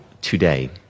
today